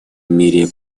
мире